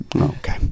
okay